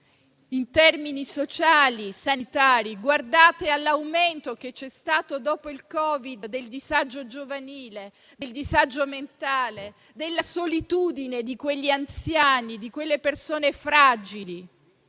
in termini sociali e sanitari. Guardate all'aumento che c'è stato, dopo il Covid, del disagio giovanile, del disagio mentale, della solitudine degli anziani e delle persone fragili.